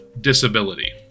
disability